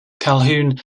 calhoun